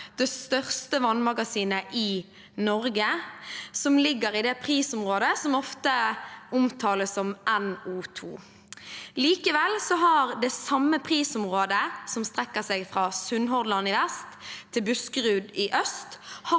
det største vannmagasinet i Norge, som ligger i det prisområdet som ofte omtales som NO2. Likevel har det samme prisområdet, som strekker seg fra Sunnhordland i vest til Buskerud i øst,